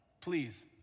Please